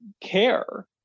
care